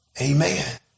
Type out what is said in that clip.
Amen